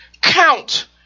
count